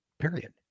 period